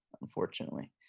unfortunately